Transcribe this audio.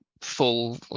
full